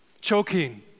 choking